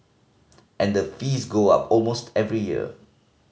and the fees go up almost every year